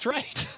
right.